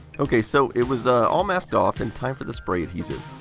ok, so it was all masked off and time for the spray adhesive.